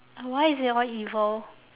uh why is it all evil